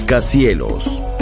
Cielos